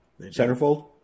Centerfold